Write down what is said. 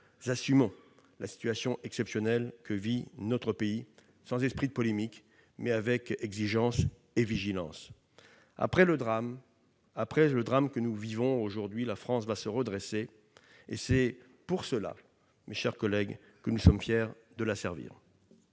Nous assumons la situation exceptionnelle que vit notre pays, sans esprit de polémique, mais avec exigence et vigilance. Après le drame que nous vivons aujourd'hui, la France se redressera : c'est pour cela, mes chers collègues, que nous sommes fiers de la servir.